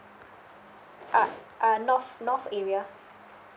uh uh north north area